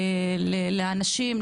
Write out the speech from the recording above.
לאנשים,